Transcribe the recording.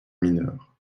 mineur